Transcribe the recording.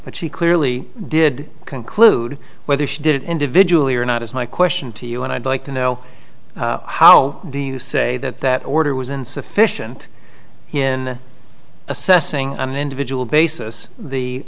but she clearly did conclude whether she did it individually or not is my question to you and i'd like to know how do you say that that order was insufficient in assessing an individual basis the